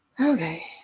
okay